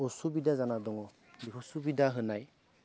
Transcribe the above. असुबिदा जाना दङ बेफोर सुबिदा होनाय